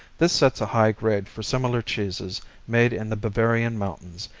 this sets a high grade for similar cheeses made in the bavarian mountains,